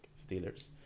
Steelers